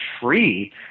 free